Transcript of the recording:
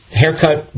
haircut